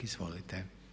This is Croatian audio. Izvolite.